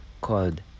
called